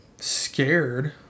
scared